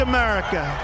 America